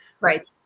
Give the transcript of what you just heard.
Right